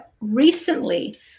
recently